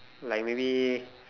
like maybe